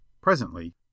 Presently